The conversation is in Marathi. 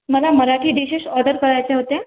मला मराठी डिशेस ऑर्डर करायच्या होत्या